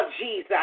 Jesus